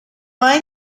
hay